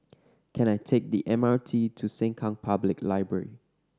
can I take the M R T to Sengkang Public Library